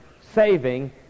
saving